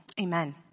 Amen